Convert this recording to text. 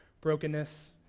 brokenness